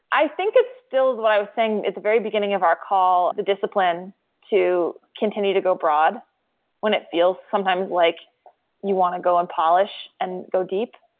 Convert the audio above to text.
i think it's still what i was saying at the very beginning of our call, the discipline to continue to go broad when it feels sometimes like you want to go and polish and go deep.